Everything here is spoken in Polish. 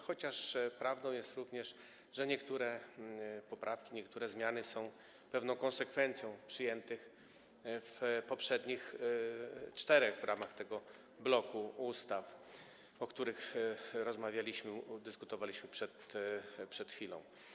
Chociaż prawdą jest również to, że niektóre poprawki, niektóre zmiany są pewną konsekwencją przyjętych w poprzednich czterech w ramach tego bloku ustawach, o których rozmawialiśmy, dyskutowaliśmy przed chwilą.